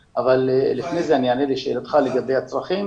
לפני כן אני אענה לשאלתך לגבי הצרכים.